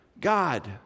God